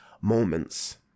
moments